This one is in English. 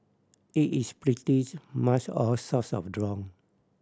it is pretties much all sorts of drown